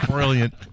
Brilliant